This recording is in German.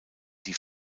die